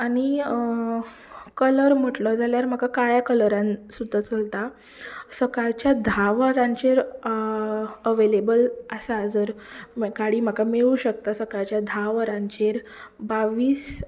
आनी कलर म्हटलो जाल्यार म्हाका काळ्या कलरान सुद्दां चलता सकाळच्या धा वरांचेर अवेलेबल आसा जर गाडी म्हाका मेळूंक शकता सकाळीं सकाळच्या धा वरांचेर बावीस